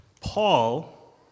Paul